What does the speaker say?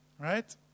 Right